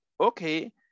okay